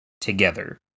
together